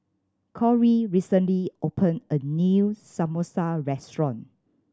Corry recently opened a new Samosa restaurant